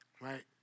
right